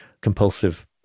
compulsive